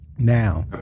Now